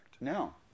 No